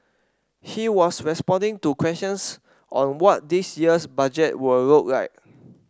he was responding to questions on what this year's budget would look like